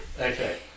okay